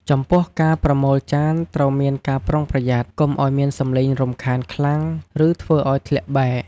ចំពោះការប្រមូលចានត្រូវមានការប្រុងប្រយ័ត្ន កុំឱ្យមានសំឡេងរំខានខ្លាំង ឬធ្វើឱ្យធ្លាក់បែក។